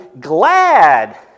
glad